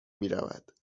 میرود